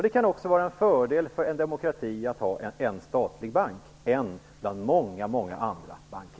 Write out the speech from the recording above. Det kan också vara en fördel för en demokrati att ha en statlig bank; en bland många många andra banker.